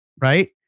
right